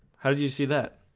how did you see that?